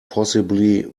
possibly